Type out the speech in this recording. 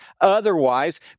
otherwise